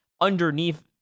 underneath